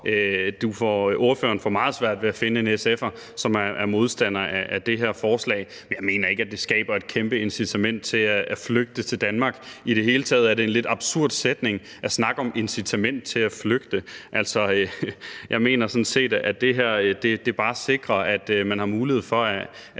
ordføreren får meget svært ved at finde en SF'er, som er modstander af det her forslag. Men jeg mener ikke, at det skaber et kæmpe incitament til at flygte til Danmark. I det hele taget er det en lidt absurd sætning at snakke om incitament til at flygte. Jeg mener sådan set, at det her bare sikrer, at man har mulighed for at